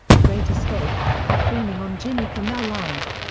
the great escape, performing on jimmy kimmel live!